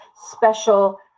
special